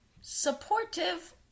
Supportive